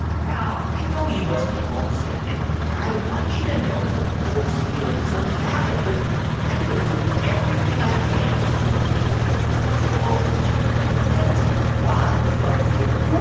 now, i know you must be homesick. and i want you to know that those feelings are valid, but i'm going to do everything i can to make you feel comfortable and content while you are here.